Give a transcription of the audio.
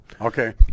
Okay